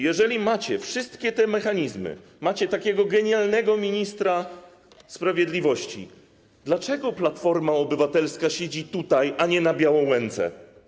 Jeżeli macie wszystkie te mechanizmy, macie takiego genialnego ministra sprawiedliwości, dlaczego Platforma Obywatelska siedzi tutaj, a nie na Białołęce?